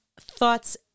thoughts